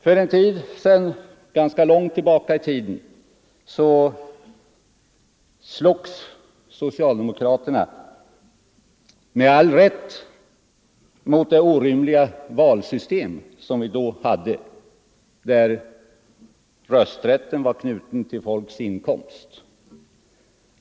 Förbud mot Ganska långt tillbaka i tiden slogs socialdemokraterna, med all rätt, — kollektivanslutning mot det orimliga valsystem som vi då hade, där rösträtten var knuten = till politiskt parti till folks inkomst.